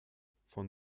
von